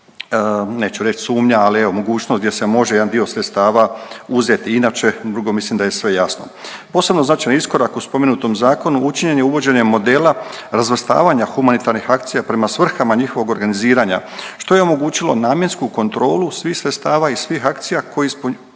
neću reć sumnja, ali evo mogućnost gdje se može jedan dio sredstava uzet, inače drugo mislim da je sve jasno. Posebno značajan iskorak u spomenutom zakonu učinjen je uvođenjem modela razvrstavanja humanitarnih akcija prema svrhama njihovog organiziranja, što je omogućilo namjensku kontrolu svih sredstava i svih akcija koje ispunjavaju